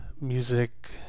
music